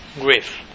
grief